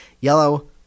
yellow